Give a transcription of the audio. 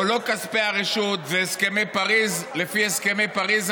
לא כספי הרשות והסכמי פריז לפי הסכמי פריז,